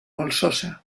molsosa